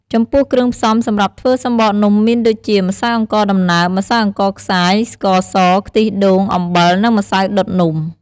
ចំំពោះគ្រឿងផ្សំសម្រាប់ធ្វើសំបកនំ មានដូចជា ម្សៅអង្ករដំណើប ម្សៅអង្ករខ្សាយ ស្ករស ខ្ទិះដូង អំបិល និងម្សៅដុតនំ។